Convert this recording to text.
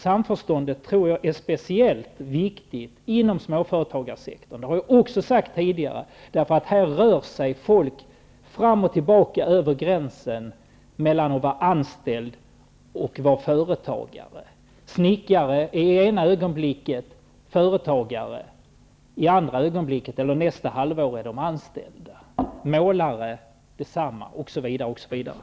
Samförståndet tror jag är speciellt viktigt inom småföretagssektorn, och det har jag också sagt tidigare, därför att här rör sig folk fram och tillbaka över gränsen mellan att vara anställd och att vara företagare. Snickare är ena ögonblicket företagare och nästa halvår anställda. Detsamma gäller målare, osv. osv.